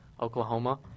Oklahoma